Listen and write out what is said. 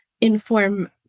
inform